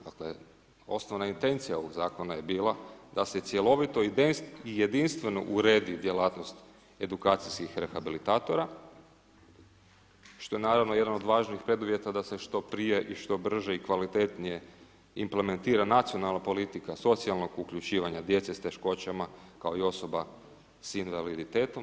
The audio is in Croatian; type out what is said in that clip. Dakle, osnovna intencija ovog zakona je bila da se cjelovito i jedinstveno uredi djelatnost edukacijskih rehabilitatora što je naravno jedan od važnijih preduvjeta da se što prije i što brže i kvalitetnije implementira nacionalna politika socijalnog uključivanja djece sa teškoćama kao i osoba sa invaliditetom.